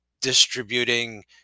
distributing